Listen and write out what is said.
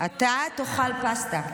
אתה תאכל פסטה.